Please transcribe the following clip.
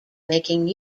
making